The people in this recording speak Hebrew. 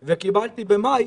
מע"מ וקיבלתי במאי,